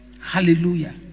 Hallelujah